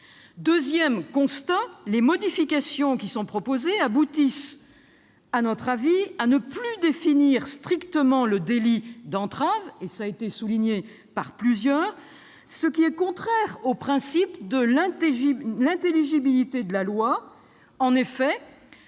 Deuxième constat, les modifications proposées aboutissent, à notre avis, à ne plus définir strictement le délit d'entrave, cela a été souligné à plusieurs reprises, ce qui est contraire au principe de l'intelligibilité de la loi. En effet,